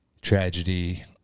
tragedy